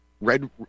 red